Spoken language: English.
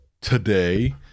today